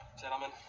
Gentlemen